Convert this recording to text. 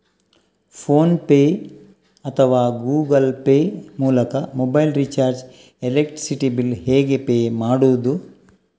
Phone pay ಅಥವಾ Google Pay ಮೂಲಕ mobile recharge, electricity bill ಹೇಗೆ ಪೇ ಮಾಡುವುದು?